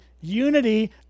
unity